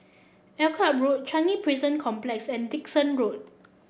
Akyab Road Changi Prison Complex and Dickson Road